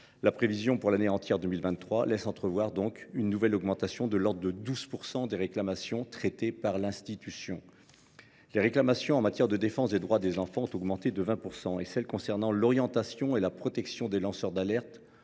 La prévision pour l’année entière 2023 laisse entrevoir une nouvelle augmentation, de l’ordre de 12 %, des réclamations traitées par l’institution. Les réclamations en matière de défense des droits des enfants ont augmenté de 20 % et celles qui concernent l’orientation et la protection des lanceurs d’alerte